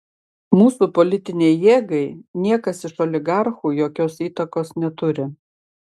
mūsų politinei jėgai niekas iš oligarchų jokios įtakos neturi